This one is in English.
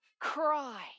cry